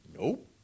Nope